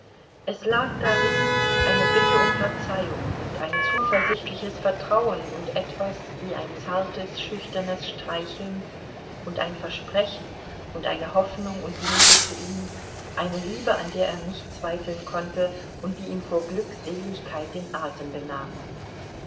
es lag darin eine bitte um verzeihung und ein zuversichtliches vertrauen und etwas wie ein zartes schüchternes streicheln und ein versprechen und eine hoffnung und liebe zu ihm eine liebe an der er nicht zweifeln konnte und die ihm vor glückseligkeit den atem benahm